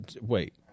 wait